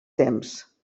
temps